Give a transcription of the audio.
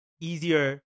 easier